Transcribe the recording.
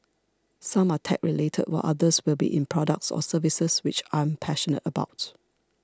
some are tech related while others will be in products or services which I'm passionate about